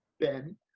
ben